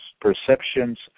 perceptions